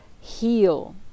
heal